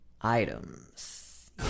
items